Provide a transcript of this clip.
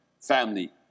family